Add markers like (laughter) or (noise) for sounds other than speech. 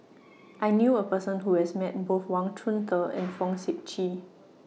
(noise) I knew A Person Who has Met Both Wang Chunde (noise) and Fong Sip Chee